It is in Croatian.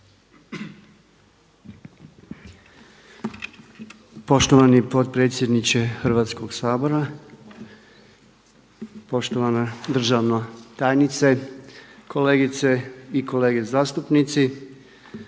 Gospodine potpredsjedniče Hrvatskoga sabora, uvažena državne tajnice, kolegice i kolege. Nastojati